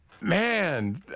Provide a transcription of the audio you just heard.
Man